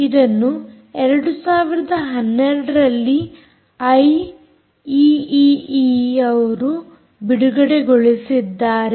ಇದನ್ನು 2012 ರಲ್ಲಿ ಐಈಈಈಯು ಬಿಡುಗಡೆಗೊಳಿಸಿದ್ದಾರೆ